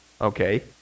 Okay